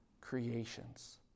creations